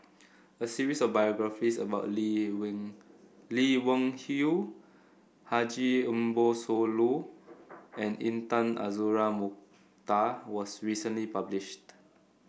a series of biographies about Lee Lee Wung Yew Haji Ambo Sooloh and Intan Azura Mokhtar was recently published